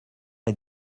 est